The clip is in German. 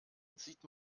sieht